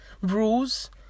Rules